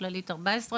אמשיך.